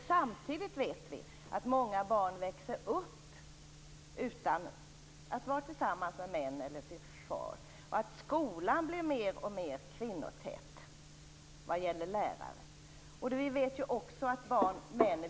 Men samtidigt vet vi att många barn växer upp utan att vara tillsammans med sin far eller andra män och att skolan blir mer och mer kvinnotät vad gäller lärare.